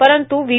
परंत् व्ही